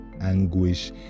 anguish